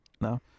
No